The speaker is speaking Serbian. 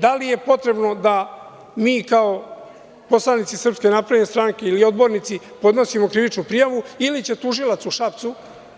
Da li je potrebno da mi kao poslanici SNS ili odbornici podnosimo krivičnu prijavu ili će tužilac u Šapcu,